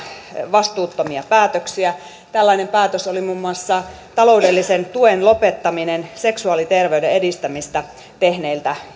vastuuttomia päätöksiä tällainen päätös oli muun muassa taloudellisen tuen lopettaminen seksuaaliterveyden edistämistä tehneiltä